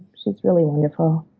she's really wonderful,